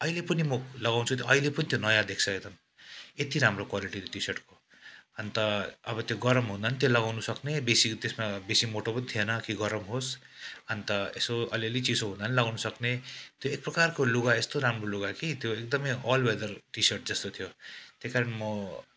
अहिले पनि म लगाउँछु त्यो अहिले पनि त्यो नयाँ देख्छ एकदम यति राम्रो क्वालिटीको टिसर्ट हो अन्त अब त्यो गरम हुँदा त्यो लगाउनुसक्ने बेसी त्यसमा बेसी मोटो पनि थिएन कि गरम होस् अन्त यसो अलिअलि चिसो हुँदा पनि लगाउनसक्ने त्यो एक प्रकारको लुगा यस्तो राम्रो लुगा कि त्यो एकदमै अल वेदर टिसर्ट जस्तो थियो त्यही कारण म